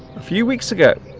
a few weeks ago